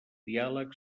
diàleg